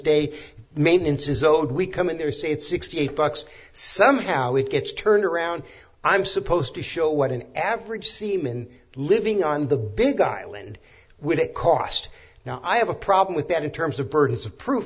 day maintenance is zero and we come in there say it's sixty eight bucks somehow it gets turned around i'm supposed to show what an average seaman living on the big island would it cost now i have a problem with that in terms